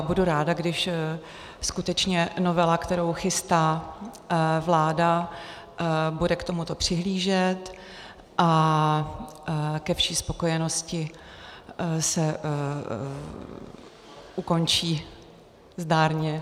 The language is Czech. Budu ráda, když skutečně novela, kterou chystá vláda, bude k tomuto přihlížet a ke vší spokojenosti se ukončí zdárně.